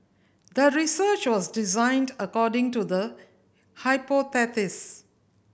the research was designed according to the hypothesis